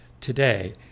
today